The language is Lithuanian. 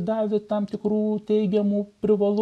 davė tam tikrų teigiamų privalumų